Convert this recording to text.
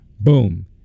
Boom